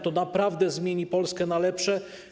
To naprawdę zmieni Polskę na lepsze.